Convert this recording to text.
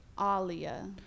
Alia